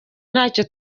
ntacyo